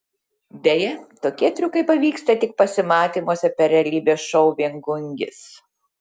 deja tokie triukai pavyksta tik pasimatymuose per realybės šou viengungis